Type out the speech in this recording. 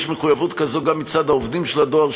יש מחויבות כזאת גם מצד העובדים של הדואר,